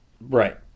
Right